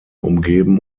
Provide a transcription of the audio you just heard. umgeben